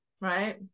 Right